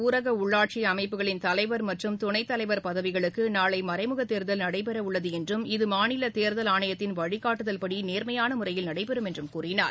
ஊரக உள்ளாட்சி அமைப்புகளின் தலைவர் மற்றும் துணைத்தலைவர் பதவிகளுக்கு நாளை மறைமுகத்தேர்தல் நடைபெறவுள்ளது என்றும் இது மாநில தேர்தல் ஆணையத்தின் வழிகாட்டுதவ்படி நேர்மையான முறையில் நடைபெறும் என்றும் கூறினார்